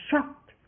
shocked